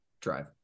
drive